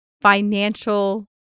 financial